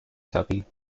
tuppy